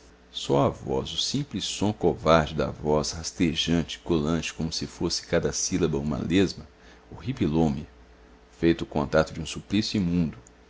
só a voz o simples som covarde da voz rastejante colante como se fosse cada sílaba uma lesma horripilou me feito o contato de um suplício imundo